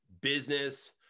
business